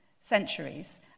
centuries